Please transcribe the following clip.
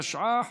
הצעת חוק ביטוח